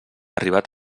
arribat